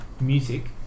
music